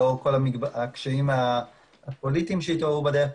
לאור הקשיים הפוליטיים שהתעוררו בדרך.